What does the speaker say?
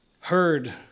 heard